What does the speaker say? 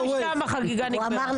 גם שם החגיגה נגמרה.